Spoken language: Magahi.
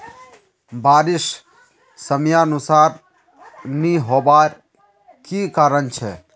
बारिश समयानुसार नी होबार की कारण छे?